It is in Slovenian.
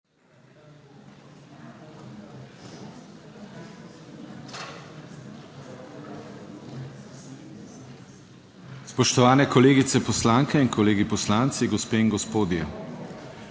Spoštovani kolegice poslanke in kolegi poslanci, gospe in gospodje!